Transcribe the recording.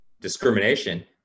discrimination